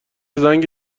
زنگ